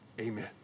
Amen